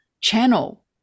channel